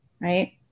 right